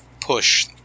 push